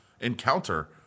encounter